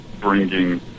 bringing